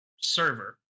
server